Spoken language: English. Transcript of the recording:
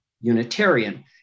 Unitarian